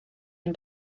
ein